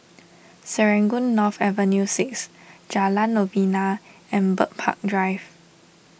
Serangoon North Avenue six Jalan Novena and Bird Park Drive